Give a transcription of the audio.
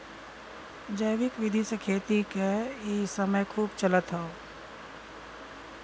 जैविक विधि से खेती क इ समय खूब चलत हौ